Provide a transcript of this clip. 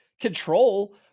control